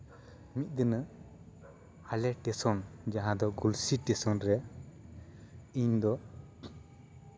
ᱢᱤᱫ ᱫᱤᱱᱚᱜ ᱟᱞᱮ ᱥᱴᱮᱥᱚᱱ ᱡᱟᱦᱟᱸ ᱫᱚ ᱜᱚᱞᱥᱤ ᱥᱴᱮᱥᱚᱱ ᱨᱮ ᱤᱧ ᱫᱚ